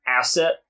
asset